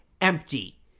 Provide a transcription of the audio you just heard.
empty